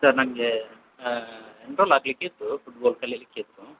sir ನನಗೆ enrol ಆಗಲಿಕ್ಕಿತ್ತು football ಕಲಿಯಲಿಕ್ಕಿತ್ತು